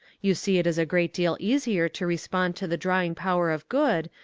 you see it is a great deal easier to respond to the drawing power of good,